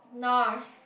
Nars